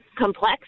complex